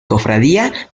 cofradía